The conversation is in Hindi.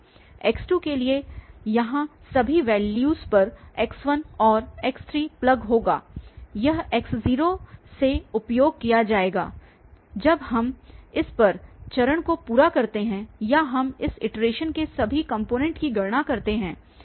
x 2 के लिए यहाँ सभी वैल्यूस पर x 1 और x 3 प्लग होगा यह x 0 से उपयोग किया जाएगा जब तक हम इस चरण को पूरा करते हैं या हम इस इटरेशन में सभी कॉम्पोनेंटस की गणना करते हैं